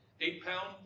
eight-pound